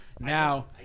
Now